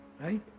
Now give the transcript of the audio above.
Right